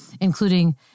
including